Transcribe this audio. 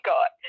God